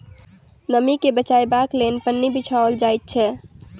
नमीं के बचयबाक लेल पन्नी बिछाओल जाइत छै